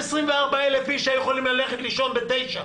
224,000 איש היו יכולים ללכת לישון בתשע